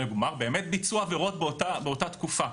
--- באמת ביצעו עבירות באותה תקופה.